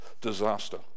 disaster